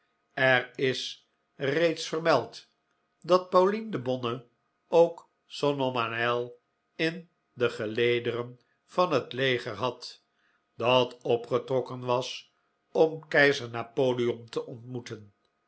er is reeds vermeld dat pauline de bonne ook son homme a elle in de gelederen van het leger had dat opgetrokken was om keizer napoleon te ontmoeten